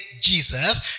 Jesus